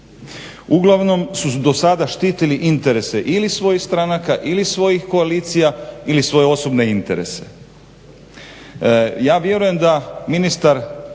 Uglavnom su do sada štitili interese ili svojih stranaka ili svojih koalicija ili svoje osobne interese. Ja vjerujem da ministar